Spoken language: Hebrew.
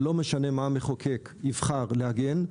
ולא משנה מה המחוקק יבחר להגן,